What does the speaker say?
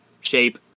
shape